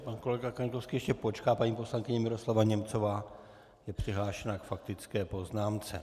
Pan kolega Kaňkovský ještě počká, paní poslankyně Miroslava Němcová je přihlášena k faktické poznámce.